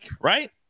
right